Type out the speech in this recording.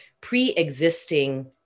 pre-existing